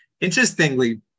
Interestingly